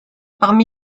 parmi